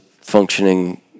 functioning